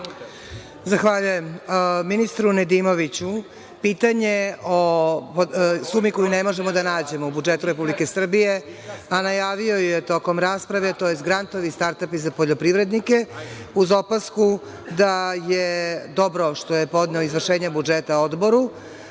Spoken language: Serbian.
Zahvaljujem. Ministru Nedimoviću pitanje o sumi koju ne možemo da nađemo u budžetu Republike Srbije, a najavio ju je tokom rasprave, tj. „grantovi star-tapi“ za poljoprivrednike, uz opasku da je dobro što je podneo izvršenje budžeta odboru,